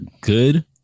good